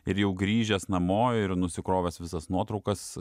ir jau grįžęs namo ir nusikrovęs visas nuotraukas